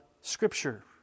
scripture